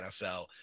NFL